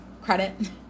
credit